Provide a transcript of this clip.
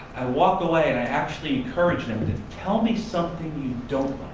i walk away and i actually encourage them to tell me something you don't